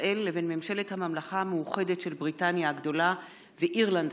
ישראל לבין ממשלת הממלכה המאוחדת של בריטניה הגדולה ואירלנד